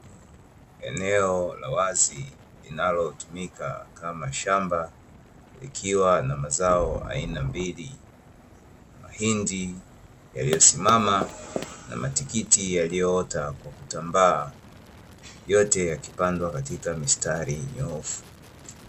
Eneo la wazi linalotumika kama shamba, likiwa na mazao ya aina mbili mahindi yaliyosimama na matikiti yaliyopandwa kwa kutambaa yote yakipangwa katika mstari mnyoofu.